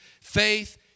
faith